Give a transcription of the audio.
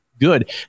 good